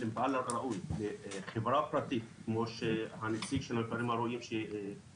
מפעל ראוי לחברה פרטית כמו שהנציג של רט"ג אמר,